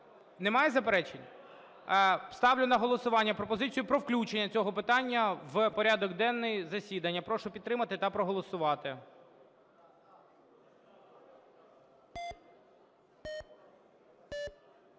Немає заперечень? Ставлю на голосування пропозицію про включення цього питання в порядок денний засідання. Прошу підтримати та проголосувати.